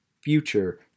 future